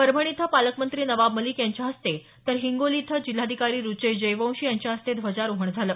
परभणी इथं पालकमंत्री नवाब मलिक यांच्या हस्ते तर हिंगोली इथं जिल्हाधिकारी रुचेश जयवंशी यांच्या हस्ते ध्वजारोहण झालं